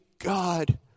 God